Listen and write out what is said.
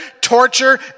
torture